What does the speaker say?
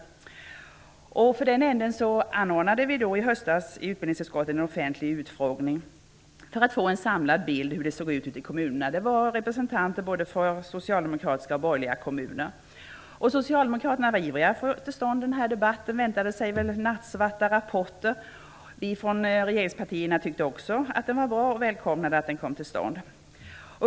För att få ett samlad bild av hur det såg ut ute i kommunerna anordnade vi i höstas i utbildningsutskottet en offentlig utfrågning kring detta. Där fanns representanter från både socialdemokratiska och borgerliga kommuner. Socialdemokraterna var ivriga att få till stånd den här debatten och väntade sig väl nattsvarta rapporter. Också vi från regeringspartierna tyckte att det var bra med en utfrågning och välkomnade att den kom till stånd.